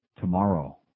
tomorrow